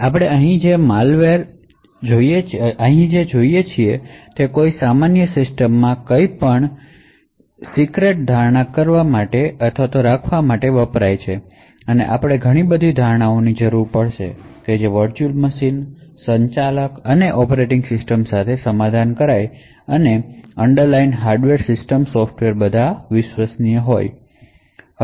આપણે અહીં જે જોઈએ છીએ તે એ છે કે કોઈ સામાન્ય સિસ્ટમમાં કંઇક સીક્રેટ રાખવા માટે આપણે ઘણી બધી ધારણાઓની જરૂર પડશે જેમકે તમામ અન્ડરલાઈન હાર્ડવેર સિસ્ટમ સોફ્ટવેર જેવાકે વર્ચુઅલ મશીન મેનેજર અને ઑપરેટિંગ સિસ્ટમ એ બધા વિશ્વસનીય છે